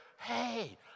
hey